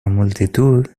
multitud